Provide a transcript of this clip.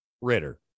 Ritter